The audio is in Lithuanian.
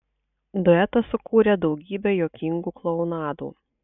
duetas sukūrė daugybę juokingų klounadų